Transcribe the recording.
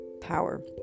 power